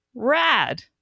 Rad